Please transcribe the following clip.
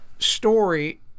Story